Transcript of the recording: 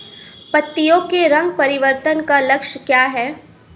पत्तियों के रंग परिवर्तन का लक्षण क्या है?